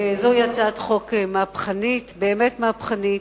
זוהי הצעת חוק מהפכנית, באמת מהפכנית.